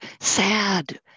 sad